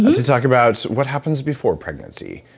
to talk about what happens before pregnancy.